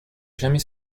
jamais